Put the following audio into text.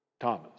Thomas